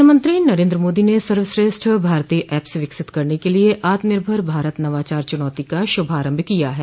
प्रधानमंत्री नरेन्द्र मोदी ने सर्वश्रेष्ठ भारतीय ऐप्स विकसित करने के लिये आत्मनिर्भर भारत नवाचार चुनौती का शुभारंभ किया है